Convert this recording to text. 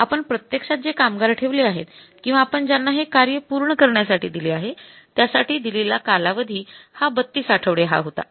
आपण प्रत्येक्षात जे कामगार ठेवले आहेत किंवा आपण ज्यांना हे कार्य पूर्ण करण्यासाठी दिले आहे त्यासाठी दिलेला कालावधी हा ३२ आठवडे हा होता